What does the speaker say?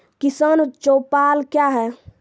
किसान चौपाल क्या हैं?